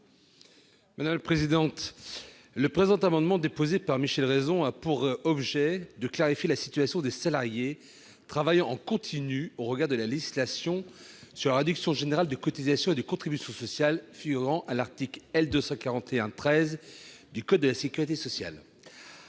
est à M. Philippe Mouiller. Cet amendement, déposé par Michel Raison, a pour objet de clarifier la situation des salariés travaillant en continu, au regard des dispositions législatives relatives à la réduction générale de cotisations et de contributions sociales figurant à l'article L. 241-13 du code de la sécurité sociale.